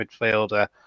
midfielder